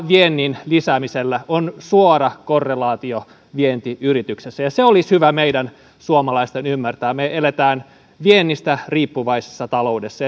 viennin lisäämisellä on suora korrelaatio vientiyrityksessä ja se olisi hyvä meidän suomalaisten ymmärtää me elämme viennistä riippuvaisessa taloudessa